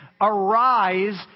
arise